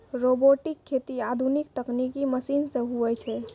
robotic खेती आधुनिक तकनिकी मशीन से हुवै छै